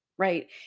right